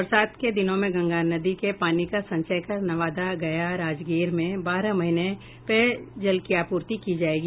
बरसात के दिनों में गंगा नदी के पानी का संचय कर नवादा गया और राजगीर में बारह महीने पेयजल की आपूर्ति की जायेगी